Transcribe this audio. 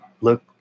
look